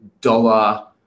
dollar